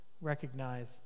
recognize